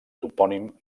topònim